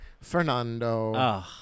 Fernando